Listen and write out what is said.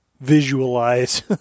visualize